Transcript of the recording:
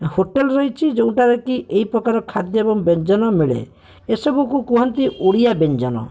hotel ରହିଛି ଯେଉଁଟାରେ କି ଏହିପ୍ରକାର ଖାଦ୍ୟ ଏବଂ ବ୍ୟଞ୍ଜନ ମିଳେ ଏସବୁକୁ କୁହନ୍ତି ଓଡ଼ିଆ ବ୍ୟଞ୍ଜନ